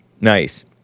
Nice